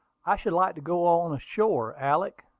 i should like to go on shore, alick,